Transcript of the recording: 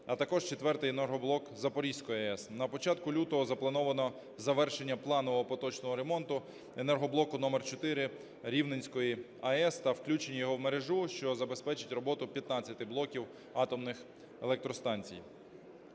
а також четвертий енергоблок Запорізької АЕС. На початку лютого заплановано завершення планового поточного ремонту енергоблоку номер 4 Рівненської АЕС та включення його в мережу, що забезпечить роботу 15 блоків атомних електростанцій.